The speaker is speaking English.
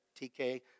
TK